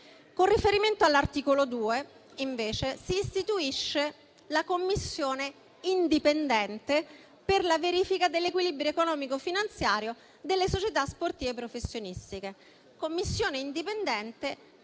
Con riferimento all'articolo 2, si istituisce la commissione indipendente per la verifica dell'equilibrio economico e finanziario delle società sportive professionistiche.